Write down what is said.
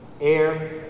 air